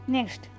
Next